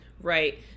Right